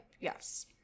Yes